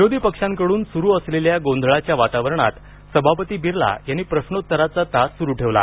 विरोधी पक्षांकडून सुरू असलेल्या गोंधळाच्या वातावरणात सभापती बिर्ला यांनी प्रश्नोत्तराचा तास सुरू ठेवला